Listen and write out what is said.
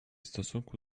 stosunku